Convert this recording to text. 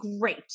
great